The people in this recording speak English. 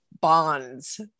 Bonds